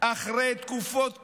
אחרי תקופות קשות,